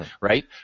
Right